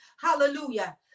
hallelujah